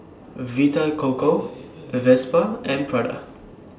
Vita Coco Vespa and Prada